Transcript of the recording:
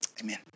amen